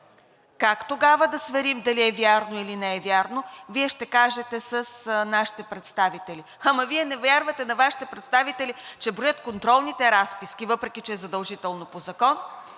Как тогава да сверим дали е вярно, или не е вярно? Вие ще кажете: с нашите представители. Ама Вие не вярвате на Вашите си представители, че броят контролните разписки, въпреки че е задължително по Закон,